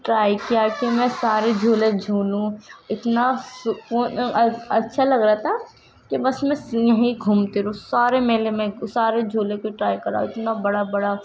try کیا کہ میں سارے جھولے جھولوں اتنا سکون اچّھا لگ رہا تھا كہ بس میں یوں ہی گھومتی رہوں سارے میلے میں سارے جھولے کو ٹرائی کرا اتنا بڑا بڑا